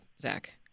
zach